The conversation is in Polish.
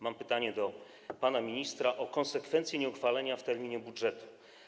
Mam pytanie do pana ministra o konsekwencje nieuchwalenia w terminie budżetu.